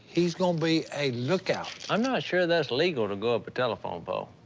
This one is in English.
he's gonna be a lookout. i'm not sure that's legal to go up a telephone pole.